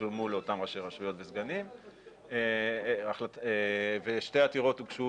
ששולמו לאותם ראשי רשויות וסגנים ושתי עתירות הוגשו